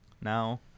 now